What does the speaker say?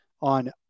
on